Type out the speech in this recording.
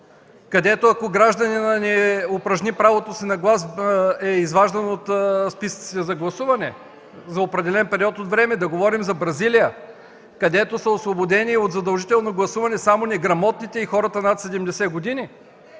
където, ако гражданинът не упражни правото си на глас, е изваждан от списъците за гласуване за определен период от време. Да говорим за Бразилия, където са освободени от задължително гласуване само неграмотните и хората над 70 години.